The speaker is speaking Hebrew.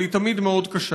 אבל היא תמיד מאוד קשה.